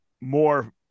more